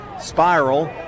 spiral